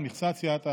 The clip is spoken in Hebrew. על מכסת סיעת העבודה.